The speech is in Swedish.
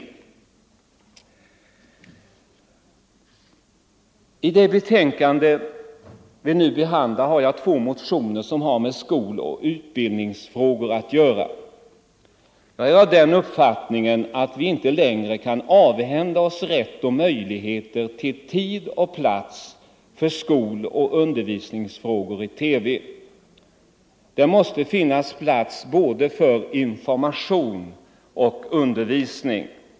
81 I det betänkande som vi nu behandlar har jag två motioner som har med skoloch utbildningsfrågor att göra. Jag är av den uppfattningen att vi inte längre kan avhända oss rätt och möjligheter till tid och plats för skoloch undervisningsfrågor i TV. Det måste finnas plats för både information och undervisning.